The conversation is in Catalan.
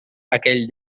aquell